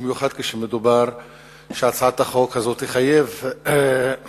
במיוחד כשמדובר על כך שהצעת החוק הזאת תחייב הצבה,